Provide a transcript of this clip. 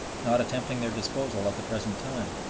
not attempting their disposal at the present time.